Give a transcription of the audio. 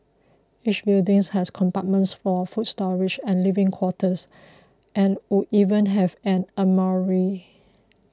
each buildings has compartments for food storage and living quarters and would even have an armoury